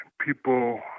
people